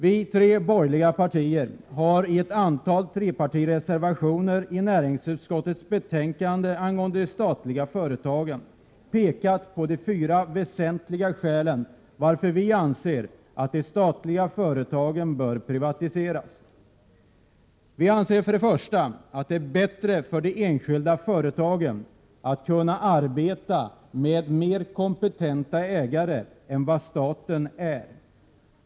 Vi tre borgerliga partier har i ett antal trepartireservationer till näringsutskottets betänkande angående statliga företag pekat på fyra väsentliga skäl till att vi anser att de statliga företagen bör privatiseras. Vi anser för det första att det är bättre för de enskilda företagen att kunna arbeta med mer kompetenta ägare än vad staten är.